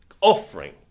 offering